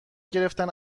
گرفتن